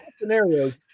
scenarios